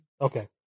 Okay